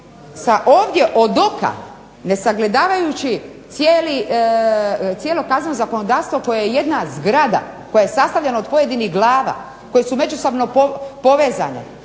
ovdje od oka nesagledavajući cijelo kazneno zakonodavstvo koje je jedna zgrada, koje je sastavljeno od pojedinih glava koje su međusobno povezane.